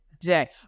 Today